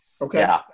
Okay